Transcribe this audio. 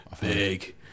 Big